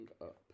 up